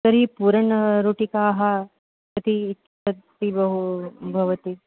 तर्हि पूरणरोटिकाः कति कति बहु भवति